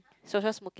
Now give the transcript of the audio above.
social smoking